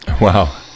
Wow